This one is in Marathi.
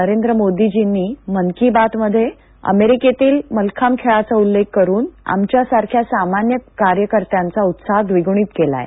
नरेंद्र मोदीजींनी मन की बात मध्ये अमेरिकेतील मल्लखांब खेळाचा उल्लेख करून आमच्या सारख्या सामान्य कार्यकर्त्याचा उत्साह द्विगुणीत केलाय